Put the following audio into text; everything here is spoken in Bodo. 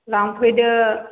लांफैदो